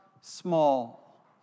small